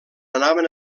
anaven